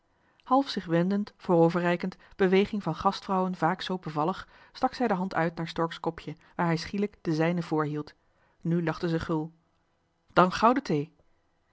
half zich wendend vooroverreikend beweging van gastvrouwen vaak zoo bevallig stak zij de hand uit naar stork's kopje waar hij schielijk de zijne vr hield nu lachte zij gul dan gauw de thee